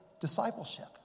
discipleship